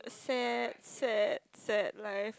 sad sad sad life